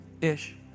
ish